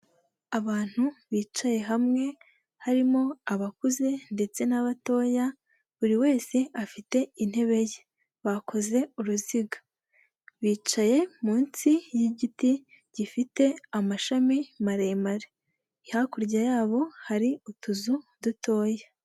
Abantu bicaye hamwe harimo abakuze ndetse n'abatoya buri wese afite intebe ye, bakoze uruziga bicaye munsi y'igiti gifite amashami maremare, hakurya yabo hari utuzu dutoya.